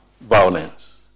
violence